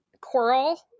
coral